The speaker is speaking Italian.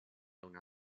una